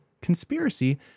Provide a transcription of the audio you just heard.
conspiracy